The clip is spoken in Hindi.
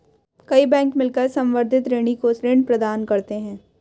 कई बैंक मिलकर संवर्धित ऋणी को ऋण प्रदान करते हैं